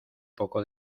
poco